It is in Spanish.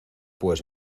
pues